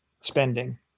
spending